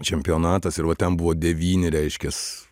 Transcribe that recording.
čempionatas ir va ten buvo devyni reiškias